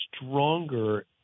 stronger